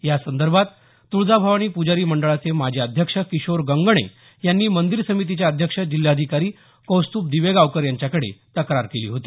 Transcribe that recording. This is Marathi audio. यासंदर्भात तुळजाभवानी प्जारी मंडळाचे माजी अध्यक्ष किशोर गंगणे यांनी मंदिर समितीचे अध्यक्ष जिल्हाधिकारी कौस्तुभ दिवेगावकर यांच्याकडे तक्रार केली होती